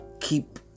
Keep